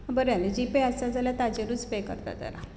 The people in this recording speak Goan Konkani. बरें जालें जी पे आसा जाल्यार ताचेरूच पे करता तर हांव